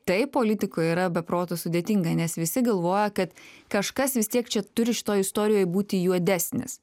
taip politikoje yra be proto sudėtinga nes visi galvoja kad kažkas vis tiek čia turi šitoj istorijoj būti juodesnis